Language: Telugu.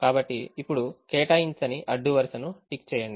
కాబట్టి ఇప్పుడు కేటాయించని అడ్డు వరుసను టిక్ చేయండి